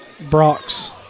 Brock's